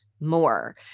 more